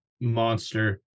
monster